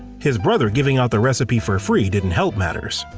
his brother giving out the recipe for free didn't help matters.